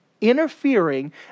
interfering